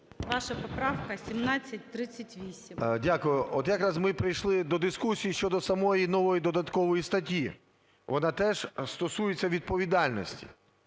ШУФРИЧ Н.І. Дякую. От якраз ми прийшли до дискусії щодо самої нової додаткової статті. Вона теж стосується відповідальності.